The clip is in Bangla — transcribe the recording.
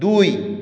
দুই